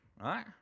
right